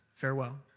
Farewell